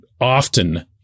often